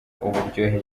uburyohe